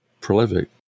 prolific